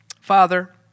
Father